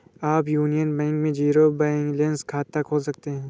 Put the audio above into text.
आप Union Bank में zero balance खाता खोल सकते हैं